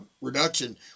reduction